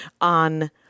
on